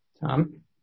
Tom